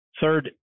Third